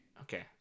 Okay